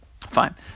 Fine